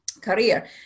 career